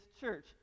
church